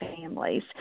families